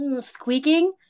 squeaking